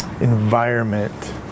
environment